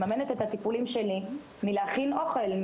מממנת את הטיפולים שלי מלהכין אוכל,